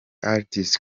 artist